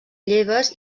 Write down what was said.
lleves